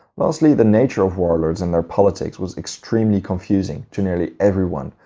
lastly, the nature of warlords and their politics was extremely confusing to nearly everyone.